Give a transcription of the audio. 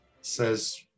says